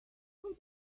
how